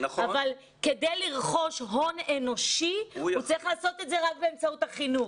אבל כדי לרכוש הון אנושי הוא צריך לעשות את זה רק באמצעות החינוך.